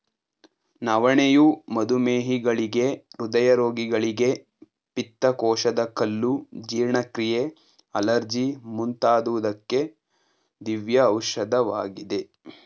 ನವಣೆಯು ಮಧುಮೇಹಿಗಳಿಗೆ, ಹೃದಯ ರೋಗಿಗಳಿಗೆ, ಪಿತ್ತಕೋಶದ ಕಲ್ಲು, ಜೀರ್ಣಕ್ರಿಯೆ, ಅಲರ್ಜಿ ಮುಂತಾದುವಕ್ಕೆ ದಿವ್ಯ ಔಷಧವಾಗಿದೆ